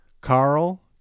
Carl